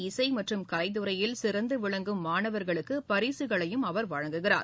இசை மற்றும் கலைத்துறையில் சிறந்து விளங்கும் மாணவர்களுக்கு பரிசுகளையும் அவர் வழங்குகிறார்